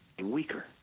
weaker